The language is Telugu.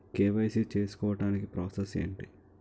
కే.వై.సీ చేసుకోవటానికి ప్రాసెస్ ఏంటి?